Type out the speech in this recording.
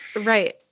Right